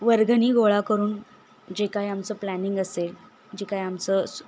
वर्गणी गोळा करून जे काय आमचं प्लॅनिंग असेल जे काय आमचं